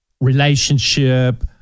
relationship